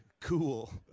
cool